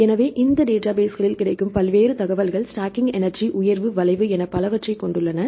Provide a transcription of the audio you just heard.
எனவே இந்த டேட்டாபேஸ்களில் கிடைக்கும் பல்வேறு தகவல்கள் ஸ்டாக்கிங் எனர்ஜி உயர்வு வளைவு என பலவற்றைக் கொண்டுள்ளன